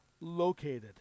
located